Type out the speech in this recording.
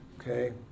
okay